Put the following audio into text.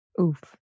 Oof